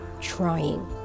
trying